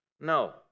No